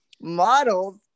Models